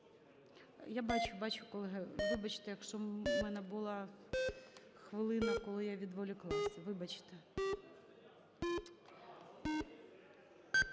Я бачу-бачу, колеги! Вибачте, якщо у мене була хвилина, коли я відволіклася. Вибачте!